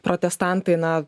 protestantai na